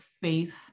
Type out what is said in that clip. faith